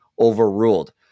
overruled